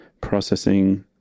processing